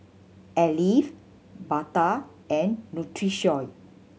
alive Bata and Nutrisoy